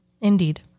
Indeed